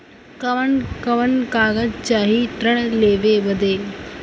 कवन कवन कागज चाही ऋण लेवे बदे?